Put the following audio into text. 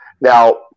Now